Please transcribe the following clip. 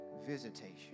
visitation